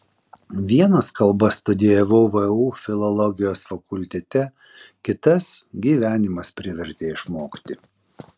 vienas kalbas studijavau vu filologijos fakultete kitas gyvenimas privertė išmokti